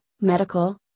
medical